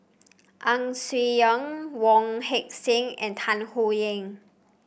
Ang Swee Aun Wong Heck Sing and Tan Howe Liang